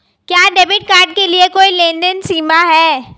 क्या debit card के लिए कोई लेनदेन सीमा है?